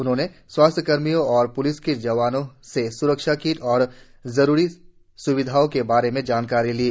उन्होंने स्वास्थ्य कर्मियों और प्लिस के जवानों से सुरक्षा किट और जरुरी स्विधाओ के बारे में जानकारी ली